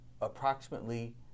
approximately